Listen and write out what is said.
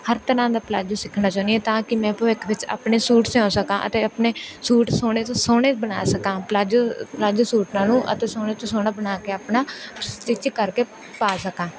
ਹਰ ਤਰ੍ਹਾਂ ਦਾ ਪਲਾਜੋ ਸਿੱਖਣਾ ਚਾਹੁੰਦੀ ਹਾਂ ਤਾਂ ਕਿ ਮੈਂ ਭਵਿੱਖ ਵਿੱਚ ਆਪਣੇ ਸੂਟ ਸਿਉ ਸਕਾਂ ਅਤੇ ਆਪਣੇ ਸੂਟ ਸੋਹਣੇ ਤੋਂ ਸੋਹਣੇ ਬਣਾ ਸਕਾਂ ਪਲਾਜੋ ਪਲਾਜੋ ਸੂਟਾਂ ਨੂੰ ਅਤੇ ਸੋਹਣੇ ਤੋਂ ਸੋਹਣਾ ਬਣਾ ਕੇ ਆਪਣਾ ਸਟਿਚ ਕਰਕੇ ਪਾ ਸਕਾਂ